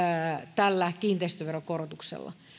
tällä kiinteistöveron korotuksella